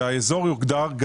שהאזור יוגדר,